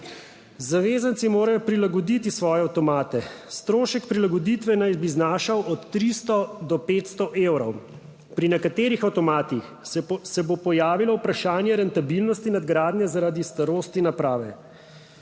Zavezanci morajo prilagoditi svoje avtomate. Strošek prilagoditve naj bi znašal od 300 do 500 evrov, pri nekaterih avtomatih se bo pojavilo vprašanje rentabilnosti nadgradnje, zaradi starosti naprave.